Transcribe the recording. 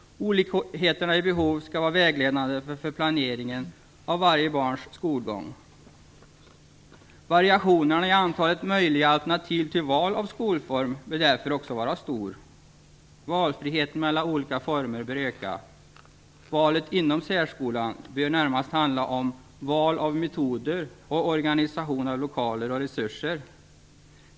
Olikheterna i behov skall vara vägledande för planeringen av varje barns skolgång. Variationerna i antalet möjliga alternativ till val av skolform bör därför också vara stora. Valfriheten mellan olika former bör öka. Valet inom särskolan bör närmast handla om val av metoder, organisation av lokaler och resurser.